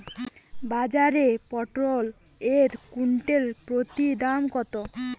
বাজারে পটল এর কুইন্টাল প্রতি দাম কত?